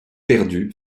perdue